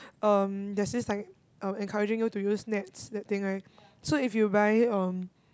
um there's this is like oh encouraging you do you use nets that thing right so if you buy um